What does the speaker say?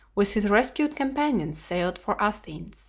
with his rescued companions sailed for athens.